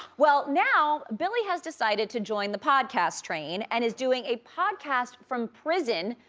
well, now billy has decided to join the podcast train and is doing a podcast from prison.